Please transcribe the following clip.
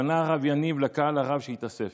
פנה הרב יניב לקהל הרב שהתאסף,